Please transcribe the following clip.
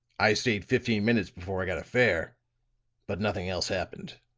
i stayed fifteen minutes before i got a fare but nothing else happened.